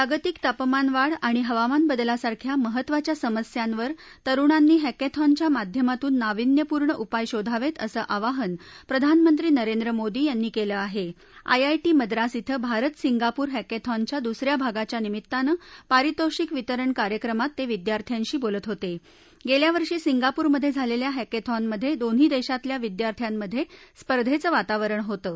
जागतिक तापमानवाढ आणि हवामान बदलासारख्या महत्त्वाच्या समस्यांवर तरुणांनी हॅकथॉनच्या माध्यमातून नाविन्यपूर्ण उपाय शोधावतीअसं आवाहन प्रधानमंत्री नरेंद्र मोदी यांनी कले आहा आय टी मद्रास इथं भारत सिंगापूर हॅक्छॉनच्या दुस या भागाच्या निमित्तानं पारितोषिक वितरण कार्यक्रमात त िव्विद्यार्थ्यांशी बोलत होत िव्विंडा वर्षी सिंगापूर मध िव्विंत्यालय्या हॅक्थिनमध िव्विन्ही दक्षीतल्या विद्यार्थ्यामधस्पिधेंचं वातावरण होतं